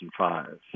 2005